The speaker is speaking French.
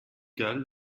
galles